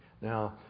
Now